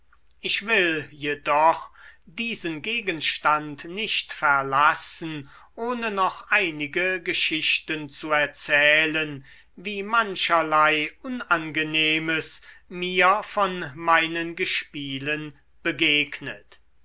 ich will jedoch diesen gegenstand nicht verlassen ohne noch einige geschichten zu erzählen wie mancherlei unangenehmes mir von meinen gespielen begegnet